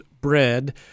bread